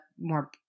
more